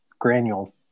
granule